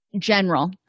general